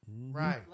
Right